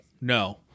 No